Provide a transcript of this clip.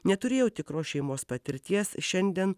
neturėjau tikros šeimos patirties šiandien